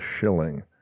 shilling